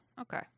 okay